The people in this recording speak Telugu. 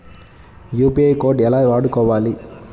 యూ.పీ.ఐ కోడ్ ఎలా వాడుకోవాలి?